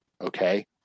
Okay